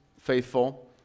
faithful